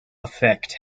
affect